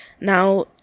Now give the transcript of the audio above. Now